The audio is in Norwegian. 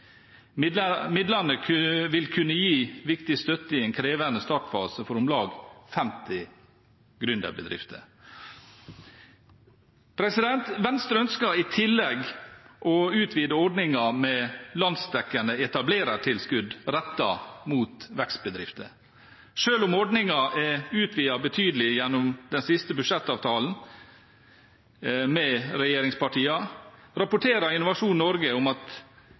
vil kunne gi viktig støtte i en krevende startfase for om lag 50 gründerbedrifter. Venstre ønsker i tillegg å utvide ordningen med landsdekkende etablerertilskudd rettet mot vekstbedrifter. Selv om ordningen er utvidet betydelig gjennom den siste budsjettavtalen med regjeringspartiene, rapporterer Innovasjon Norge om at